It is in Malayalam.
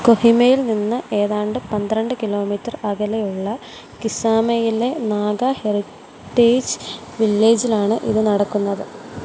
കൊഹിമയിൽ നിന്ന് ഏതാണ്ട് പന്ത്രണ്ട് കിലോമീറ്റർ അകലെയുള്ള കിസാമയിലെ നാഗാ ഹെറിറ്റേജ് വില്ലേജിലാണ് ഇത് നടക്കുന്നത്